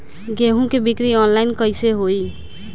गेहूं के बिक्री आनलाइन कइसे होई?